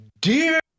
dear